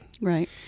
Right